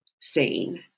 seen